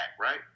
right